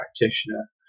practitioner